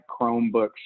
Chromebooks